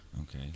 okay